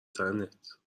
تنت